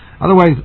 Otherwise